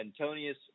Antonius